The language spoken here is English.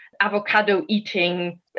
avocado-eating